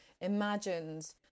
imagines